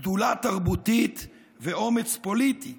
גדולה תרבותית ואומץ פוליטי.